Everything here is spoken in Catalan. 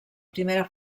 primera